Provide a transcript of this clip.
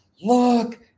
look